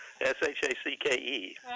S-H-A-C-K-E